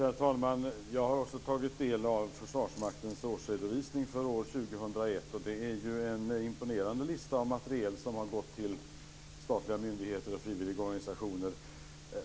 Herr talman! Jag har också tagit del av Försvarsmaktens årsredovisning för år 2001. Det är en imponerande lista över materiel som har gått till statliga myndigheter och frivilligorganisationer.